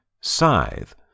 Scythe